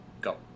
Go